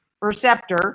receptor